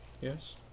yes